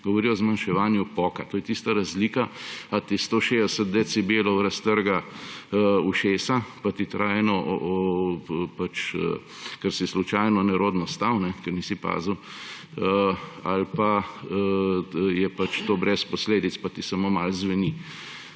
Govori o zmanjševanju poka. To je tista razlika, ali ti 160 decibelov raztrga ušesa pa ti trajno, ker si slučajno nerodno stal, ker nisi pazil, ali pa je to brez posledic pa ti samo malo zveni.